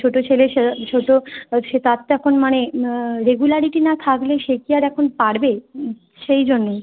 ছোটো ছেলে সে ছোটো সে তার তো এখন মানে রেগুলারিটি না থাকলে সে কি আর এখন পারবে হুম সেই জন্যই